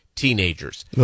Teenagers